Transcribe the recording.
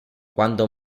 quando